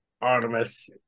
Artemis